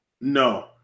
No